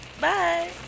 bye